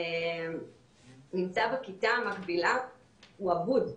נמצא בכיתה המקבילה הוא אבוד,